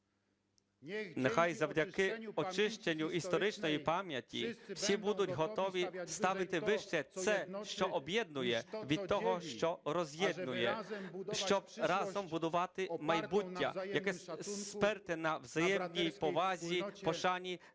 "Нехай завдяки очищенню історичної пам'яті всі будуть готові ставити вище це, що об'єднує, від того, що роз'єднує, щоб разом будувати майбуття, як сперте на взаємній повазі, пошані,